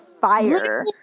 fire